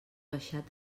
baixat